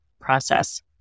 process